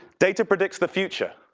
data predicts the future.